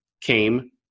came